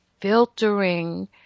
filtering